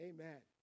Amen